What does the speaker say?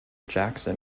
jackson